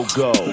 go